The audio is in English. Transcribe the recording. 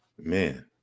Man